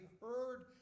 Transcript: heard